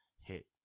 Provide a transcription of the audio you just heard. hit